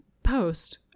post